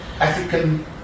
African